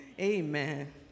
Amen